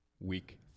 week